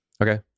okay